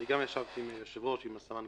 גם אני ישבתי עם היושב-ראש ועם הסמנכ"ל.